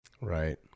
Right